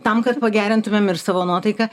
tam kad pagerintumėm ir savo nuotaiką